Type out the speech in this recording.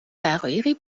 دقایقی